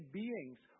beings